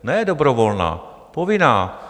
Ne dobrovolná, povinná.